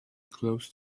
close